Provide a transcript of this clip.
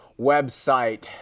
website